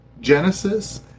Genesis